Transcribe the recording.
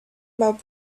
about